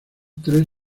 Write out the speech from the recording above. tres